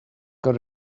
got